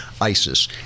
ISIS